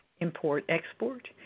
import-export